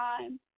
time